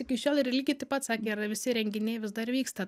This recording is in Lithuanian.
iki šiol ir lygiai taip pat sakė yra visi renginiai vis dar vyksta